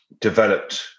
developed